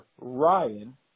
Ryan